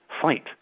fight